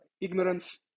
Ignorance